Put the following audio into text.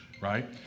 right